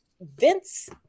Vince